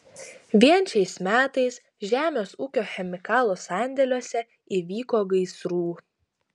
vien šiais metais žemės ūkio chemikalų sandėliuose įvyko gaisrų